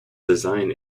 design